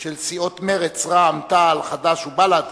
של סיעות מרצ, רע"ם-תע"ל, חד"ש ובל"ד